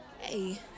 Hey